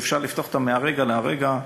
שאפשר לפתוח אותם מהרגע להרגע,